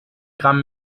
gramm